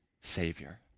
Savior